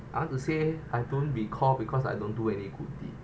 I want to say I don't recall because I don't do any good deed